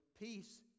Peace